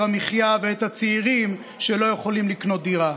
המחיה ואת הצעירים שלא יכולים לקנות דירה.